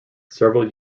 several